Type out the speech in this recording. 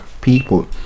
people